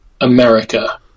america